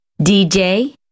DJ